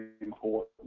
important